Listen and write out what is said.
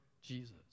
Jesus